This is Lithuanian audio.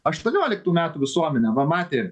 aštuonioliktų metų visuomenė va matė